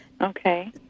Okay